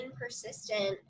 persistent